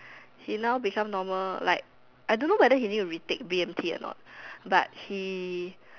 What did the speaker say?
he now become normal like I don't know whether he need to retake b_m_t or not but he